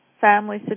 family